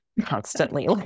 constantly